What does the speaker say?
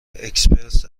اکسپرس